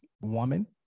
woman